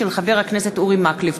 הצעה לסדר-היום של חבר הכנסת אורי מקלב.